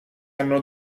anno